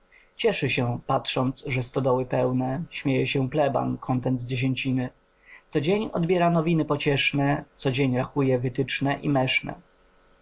cieszy się patrząc że stodoły pełne śmieje się pleban kontent z dziesięciny codzień odbiera nowiny pocieszne codzień rachuje wytyczne i meszne